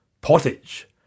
pottage